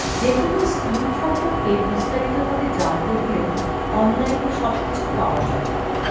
যেকোনো স্কিম সম্পর্কে বিস্তারিত ভাবে জানতে হলে অনলাইনে সবকিছু পাওয়া যায়